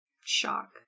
Shock